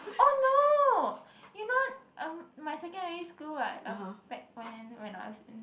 oh no you know um my secondary school right eh back when when I was in